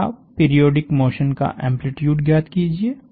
पहला periodic motion का amplitude ज्ञात कीजिए